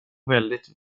väldigt